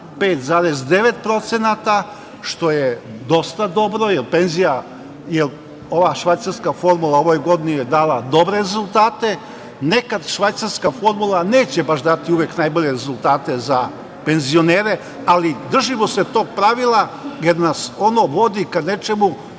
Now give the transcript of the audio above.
5,9%, što je dosta dobro, jer ova švajcarska formula u ovoj godini je dala dobre rezultate. Nekad švajcarska formula neće baš dati uvek najbolje rezultate za penzionere, ali, držimo se tog pravila jer nas ono vodi ka nečemu,